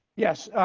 yes,